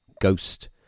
ghost